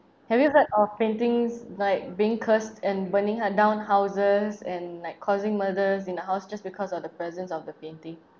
have you heard of paintings like being cursed and burning h~ down houses and like causing murders in the house just because of the presence of the painting